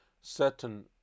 certain